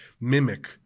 mimic